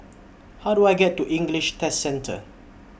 How Do I get to English Test Centre